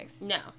no